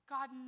God